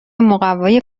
مقوای